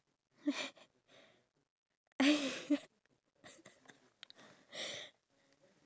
do you think that maybe we should I feel like maybe we should actually spend more time with